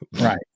right